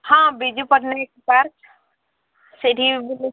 ହଁ ବିଜୁପଟନାୟକ ପାର୍କ ସେଇଠି